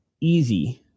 easy